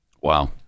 wow